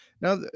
Now